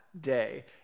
day